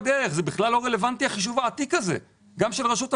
לכן זה בכלל לא רלוונטי החישוב העתיק הזה של רשות המסים.